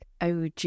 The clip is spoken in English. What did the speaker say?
OG